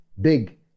big